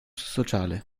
sociale